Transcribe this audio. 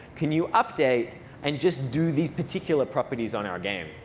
can you update and just do these particular properties on our game?